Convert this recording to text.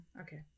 Okay